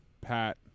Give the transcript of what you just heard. pat